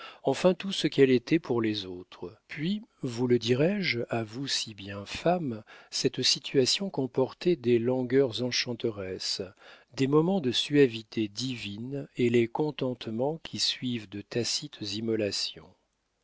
enfin tout ce qu'elle était pour les autres puis vous le dirai-je à vous si bien femme cette situation comportait des langueurs enchanteresses des moments de suavité divine et les contentements qui suivent de tacites